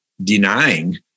denying